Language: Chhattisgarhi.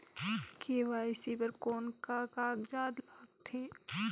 के.वाई.सी बर कौन का कागजात लगथे?